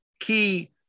key